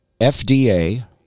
FDA